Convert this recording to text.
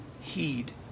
heed